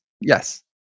yes